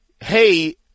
hey